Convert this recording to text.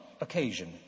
occasion